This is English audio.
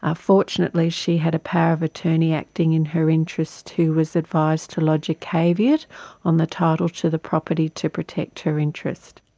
ah fortunately she had a power of attorney acting in her interest who was advised to lodge a caveat on the title to the property to protect her interest.